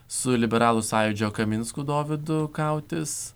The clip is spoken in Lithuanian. su liberalų sąjūdžio kaminsku dovydu kautis